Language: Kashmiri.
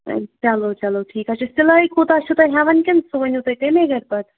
چلو چلو ٹھیٖک حظ چھُ سِلٲے کوٗتاہ چھِ تُہۍ ہٮ۪وَان کِنہٕ سُہ ؤنِو تُہۍ تَمے گَرِ پَتہٕ